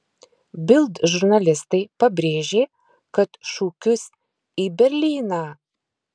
bild žurnalistai pabrėžė kad šūkius į berlyną